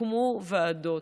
הוקמו ועדות.